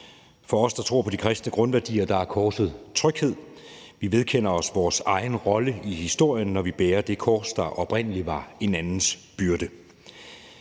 For os, der tror på de kristne grundværdier, er korset tryghed. Vi vedkender os vores egen rolle i historien, når vi bærer det kors, der oprindelig var en andens byrde.